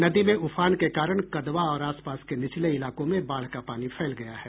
नदी में उफान के कारण कदवा और आसपास के निचले इलाकों में बाढ़ का पानी फैल गया है